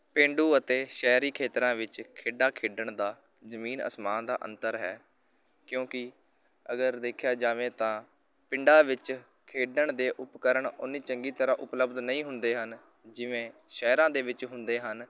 ਪੇਂਡੂ ਅਤੇ ਸ਼ਹਿਰੀ ਖੇਤਰਾਂ ਵਿੱਚ ਖੇਡਾਂ ਖੇਡਣ ਦਾ ਜ਼ਮੀਨ ਅਸਮਾਨ ਦਾ ਅੰਤਰ ਹੈ ਕਿਉਂਕਿ ਅਗਰ ਦੇਖਿਆ ਜਾਵੇ ਤਾਂ ਪਿੰਡਾਂ ਵਿੱਚ ਖੇਡਣ ਦੇ ਉਪਕਰਣ ਉਨੀਂ ਚੰਗੀ ਤਰ੍ਹਾਂ ਉਪਲਬਧ ਨਹੀਂ ਹੁੰਦੇ ਹਨ ਜਿਵੇਂ ਸ਼ਹਿਰਾਂ ਦੇ ਵਿੱਚ ਹੁੰਦੇ ਹਨ